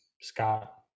Scott